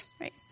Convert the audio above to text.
right